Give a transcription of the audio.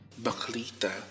Baklita